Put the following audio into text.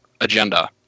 agenda